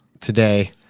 today